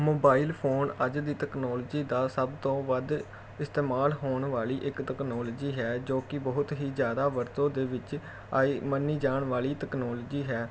mobile phone ਅੱਜ ਦੀ technology ਦਾ ਸਭ ਤੋਂ ਵੱਧ ਇਸਤੇਮਾਲ ਹੋਣ ਵਾਲੀ ਇੱਕ ਤਕਨੋਲੋਜੀ ਹੈ ਜੋ ਕਿ ਬਹੁਤ ਹੀ ਜ਼ਿਆਦਾ ਵਰਤੋਂ ਦੇ ਵਿੱਚ ਆਈ ਮੰਨੀ ਜਾਣ ਵਾਲੀ ਤਕਨੋਲਜੀ ਹੈ